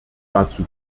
dazu